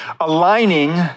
Aligning